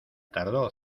tardó